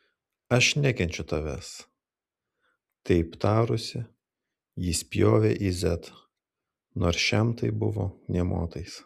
aš nekenčiu tavęs taip tarusi ji spjovė į z nors šiam tai buvo nė motais